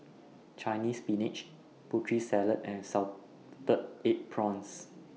Chinese Spinach Putri Salad and Salted Egg Prawns